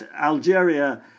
Algeria